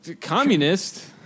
Communist